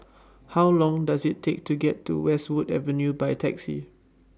How Long Does IT Take to get to Westwood Avenue By Taxi